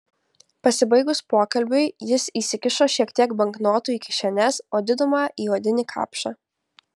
pasibaigus pokalbiui jis įsikišo šiek tiek banknotų į kišenes o didumą į odinį kapšą